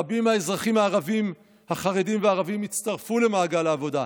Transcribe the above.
רבים מהאזרחים החרדים והערבים הצטרפו למעגל העבודה.